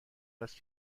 است